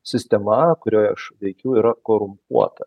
sistema kurioj aš veikiu yra korumpuota